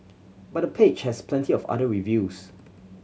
but the page has plenty of other reviews